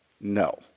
No